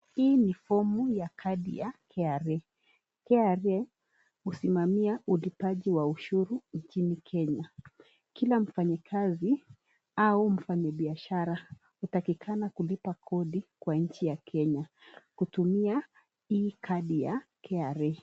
Hii ni fomu ya kadi ya KRA. KRA husimamia ulipaji wa ushuru nchini Kenya. Kila mfanyikazi au mfanyi biashara hutakikana kulipa kodi kwa nchi ya Kenya kutumia hii kadi ya KRA.